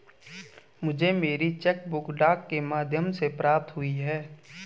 मुझे मेरी cheque book डाक के माध्यम से प्राप्त हुई है